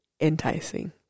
enticing